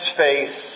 face